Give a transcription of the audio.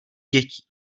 dětí